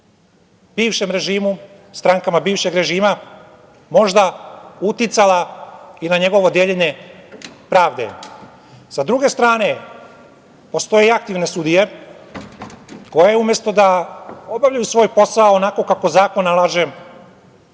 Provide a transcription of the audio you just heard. naklonost ka strankama bivšeg režima možda uticala i na njegovo deljenje pravde. Sa druge strane, postoje aktivne sudije koje, umesto da obavljaju svoj posao onako kako zakon nalaže,